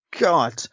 god